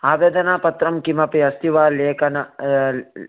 आवेदनपत्रं किमपि अस्ति वा लेखन